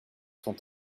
sont